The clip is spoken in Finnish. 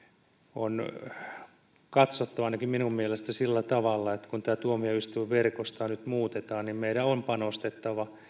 on katsottava ainakin minun mielestäni sillä tavalla että kun tätä tuomioistuinverkostoa nyt muutetaan niin meidän on panostettava